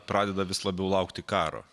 pradeda vis labiau laukti karo